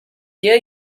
hier